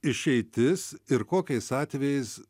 išeitis ir kokiais atvejais